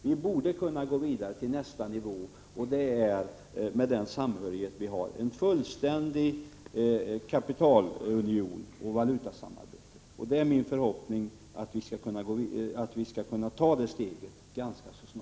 Vi borde med den samhörighet som vi har kunna gå vidare till nästa nivå, en fullständig kapitalunion och ett valutasamarbete. Det är min förhoppning att vi skall kunna ta detta steg ganska snabbt.